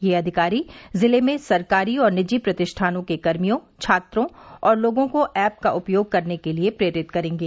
ये अधिकारी जिले में सरकारी और निजी प्रतिष्ठानों के कर्मियों छात्रों और लोगों को ऐप का उपयोग करने के लिए प्रेरित करेंगे